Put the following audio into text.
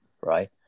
right